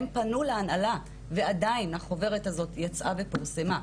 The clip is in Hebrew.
הם פנו להנהלה ועדיין החוברות הזו יצאה ופורסמה.